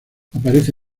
aparece